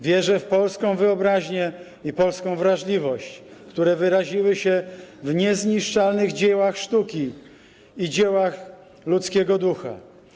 Wierzę w polską wyobraźnię i polską wrażliwość, które wyraziły się w niezniszczalnych dziełach sztuki i dziełach ludzkiego ducha.